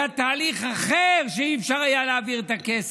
היה תהליך אחר, ולא היה אפשר להעביר בו את הכסף.